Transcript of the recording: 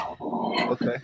Okay